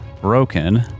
broken